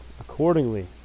accordingly